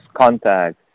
contact